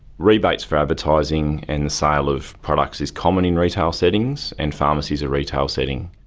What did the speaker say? rebates for advertising and the sale of products is common in retail settings, and pharmacy is a retail setting.